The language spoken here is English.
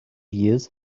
years